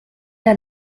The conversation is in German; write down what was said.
der